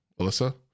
Alyssa